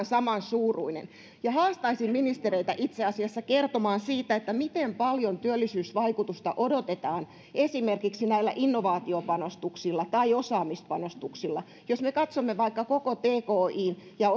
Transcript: saman suuruinen haastaisin ministereitä itse asiassa kertomaan siitä miten paljon työllisyysvaikutusta odotetaan olevan esimerkiksi näillä innovaatiopanostuksilla tai osaamispanostuksilla jos me katsomme vaikka koko tki ja